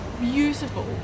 beautiful